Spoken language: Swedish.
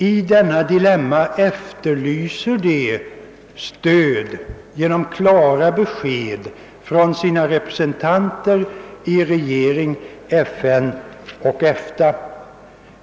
I detta dilemma efterlyser de stöd genom klara besked från sina representanter i regering, FN och EFTA.